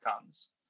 comes